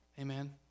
Amen